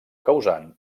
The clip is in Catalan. causant